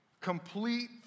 complete